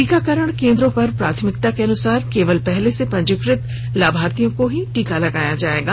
टीकाकरण केन्द्र पर प्राथमिकता के अनुसार केवल पहले से पंजीकृत लाभार्थियों को ही टीका लगाया जाएगा